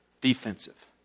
defensive